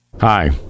hi